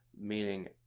meaning